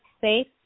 safe